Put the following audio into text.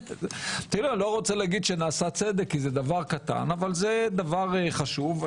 לא רוצה שנעשה צדק כי זה דבר קטן אך זה דבר חשוב.